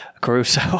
Caruso